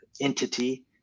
entity